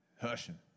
hushing